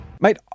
Mate